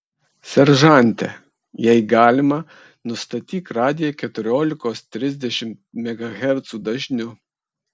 seržante jei galima nustatyk radiją keturiolikos trisdešimt megahercų dažniu